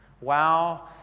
Wow